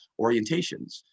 orientations